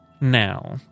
Now